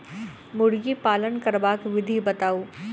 मुर्गी पालन करबाक विधि बताऊ?